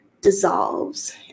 dissolves